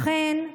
לכן,